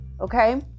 okay